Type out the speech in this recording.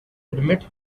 admit